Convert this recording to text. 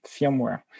firmware